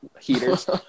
Heaters